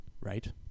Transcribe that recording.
Right